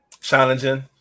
challenging